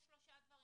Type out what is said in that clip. יש שלושה דברים,